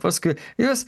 paskui jūs